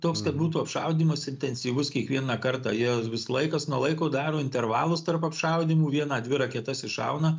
toks kad būtų apšaudymas intensyvus kiekvieną kartą jie vis laikas nuo laiko daro intervalus tarp apšaudymų vieną dvi raketas iššauna